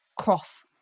cross